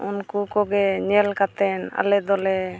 ᱩᱱᱠᱩ ᱠᱚᱜᱮ ᱧᱮᱞ ᱠᱟᱛᱮᱫ ᱟᱞᱮ ᱫᱚᱞᱮ